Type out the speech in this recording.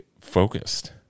focused